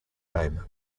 name